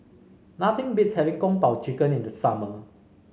nothing beats having Kung Po Chicken in the summer